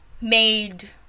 made